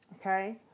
Okay